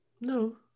No